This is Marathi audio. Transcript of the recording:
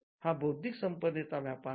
हा बौद्धिक संपदेचा व्यापार आहे